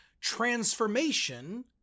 transformation